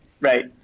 Right